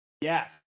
Yes